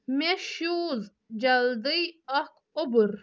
مےٚ شوٗز جلدی اکھ اوبُر